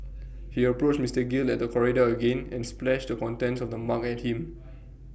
he approached Mister gill at the corridor again and splashed the contents of the mug at him